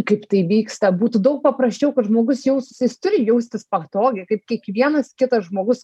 kaip tai vyksta būtų daug paprasčiau kad žmogus jaustųsi jis turi jaustis patogiai kaip kiekvienas kitas žmogus